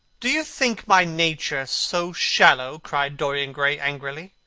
do you think my nature so shallow? cried dorian gray angrily.